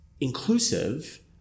inclusive